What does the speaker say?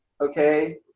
okay